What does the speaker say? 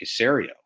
Casario